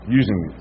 using